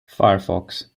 firefox